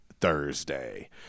Thursday